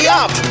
up